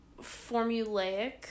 formulaic